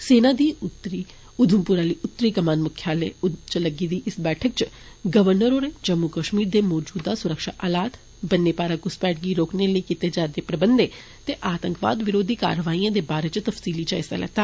सेना दी उधमपुर आले उत्तरी कमान मुख्यालय ऊधमपुर च लग्गी दी इस बैठका च गवर्नर होरे जम्मू कश्मीर दे मजूदा सुरक्षा हालात बन्ने पारा घुसपैठ गी रोकने लेई कीते जा रदे प्रबंधें ते आतंकवाद विरोधी कारवाइयें दे बारै च तफसीली जायजा लैता